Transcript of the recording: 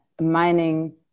mining